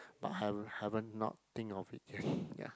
but I haven't not think of it yet ya